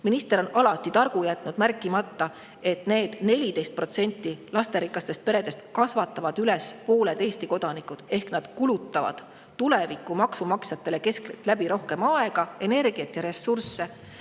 Minister on alati targu jätnud märkimata, et need 14% kõigist Eesti peredest kasvatavad üles pooled Eesti kodanikud. Nad kulutavad tuleviku maksumaksjatele keskeltläbi rohkem aega, energiat ja ressursse.